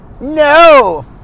No